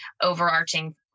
overarching